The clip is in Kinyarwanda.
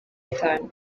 atanu